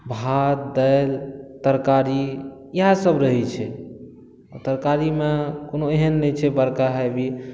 भात दालि तरकारी इएह सब रहै छै तरकारी मे कोनो एहन नहि छै बड़का हैवी